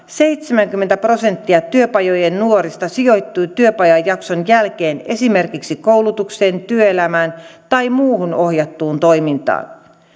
seitsemänkymmentä prosenttia työpajojen nuorista sijoittui vuonna kaksituhattaviisitoista työpajajakson jälkeen esimerkiksi koulutukseen työelämään tai muuhun ohjattuun toimintaan